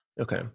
Okay